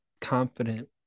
confident